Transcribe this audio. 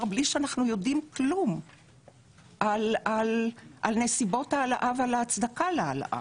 בלי שאנחנו יודעים כלום על נסיבות העלאה ועל ההצדקה להעלאה?